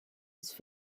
his